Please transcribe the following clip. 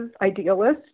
idealist